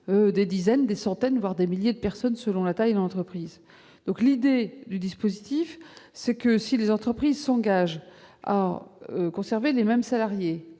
des dizaines, des centaines, voire des milliers de personnes selon la taille de l'entreprise. Ce dispositif prévoit que les entreprises s'engagent à conserver les mêmes salariés,